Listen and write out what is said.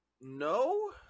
No